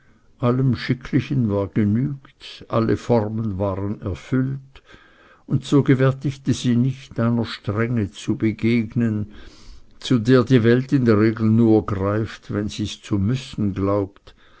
allem schicklichen war genügt alle formen waren erfüllt und so gewärtigte sie nicht einer strenge zu begegnen zu der die welt in der regel nur greift wenn sie's zu müssen glaubt